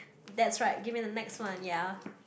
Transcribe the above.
that's right give me the next one ya